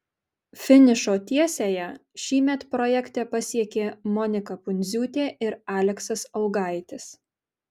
finišo tiesiąją šįmet projekte pasiekė monika pundziūtė ir aleksas augaitis